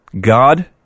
God